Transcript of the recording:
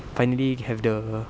finally have the